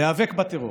להיאבק בטרור,